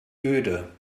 öde